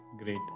great